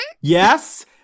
Yes